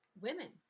women